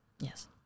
yes